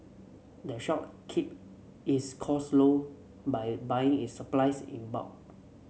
the shop keep its costs low by buying its supplies in bulk